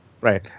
Right